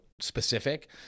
specific